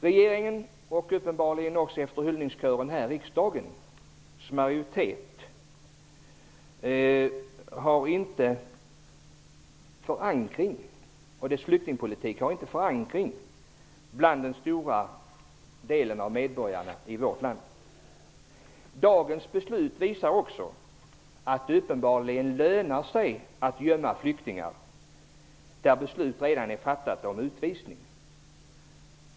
Regeringen och uppenbarligen, efter hyllningskören här att döma, också riksdagens majoritet för en flyktingpolitik som inte har förankring hos den stora delen av medborgarna i vårt land. Dagens beslut visar också att det uppenbarligen lönar sig att gömma flyktingar i de fall beslut redan har fattats om utvisning.